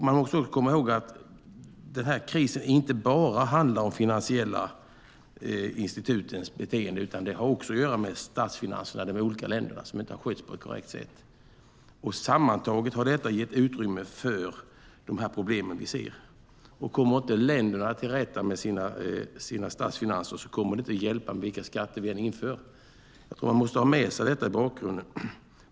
Man måste också komma ihåg att den här krisen inte bara handlar om de finansiella institutens beteende, utan det har också att göra med statsfinanserna i de olika länderna som inte har skötts på ett korrekt sätt. Sammantaget har detta gett utrymme för de problem som vi ser. Kommer inte länderna till rätta med sina statsfinanser kommer det inte att hjälpa vilka skatter vi än inför. Man måste ha med sig den bakgrunden.